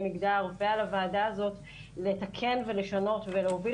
מגדר ועל הוועדה הזאת היא לתקן ולשנות ולהוביל